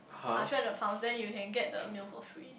ah three hundred pounds then you can get the meal for free